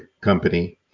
company